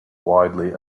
widely